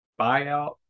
buyout